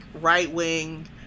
right-wing